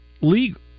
legal